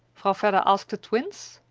vedder asked the twins.